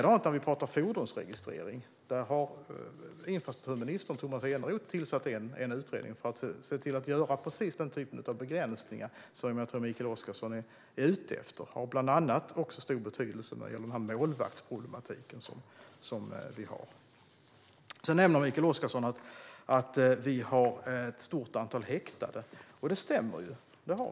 Det här gäller även fordonsregistreringen. Infrastrukturminister Tomas Eneroth har tillsatt en utredning för att se till att göra precis sådana begränsningar som jag tror att Mikael Oscarsson är ute efter. Det skulle även få stor betydelse för den målvaktsproblematik som finns. Mikael Oscarsson nämner dessutom att det finns ett stort antal personer häktade. Det stämmer.